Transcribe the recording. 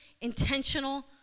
intentional